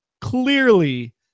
clearly